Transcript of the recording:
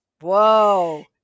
Whoa